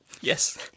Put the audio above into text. Yes